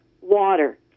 water